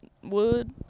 wood